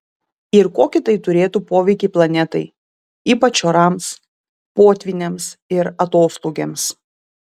ir kokį tai turėtų poveikį planetai ypač orams potvyniams ir atoslūgiams